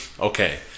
okay